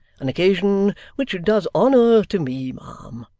an occasion which does honour to me, ma'am,